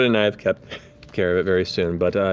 and i've kept care of it very soon, but